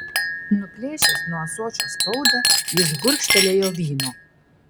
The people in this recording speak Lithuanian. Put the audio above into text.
nuplėšęs nuo ąsočio spaudą jis gurkštelėjo vyno